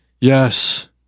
Yes